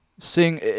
Seeing